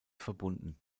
verbunden